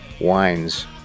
wines